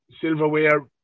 silverware